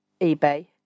eBay